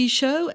show